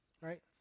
right